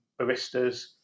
baristas